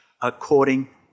according